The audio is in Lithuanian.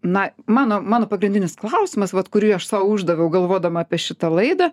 na mano mano pagrindinis klausimas vat kurį aš sau uždaviau galvodama apie šitą laidą